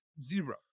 zero